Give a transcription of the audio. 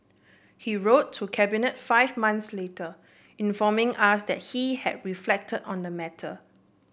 he wrote to Cabinet five months later informing us that he had reflected on the matter